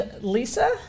Lisa